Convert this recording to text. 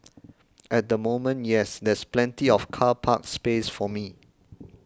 at the moment yes there's plenty of car park space for me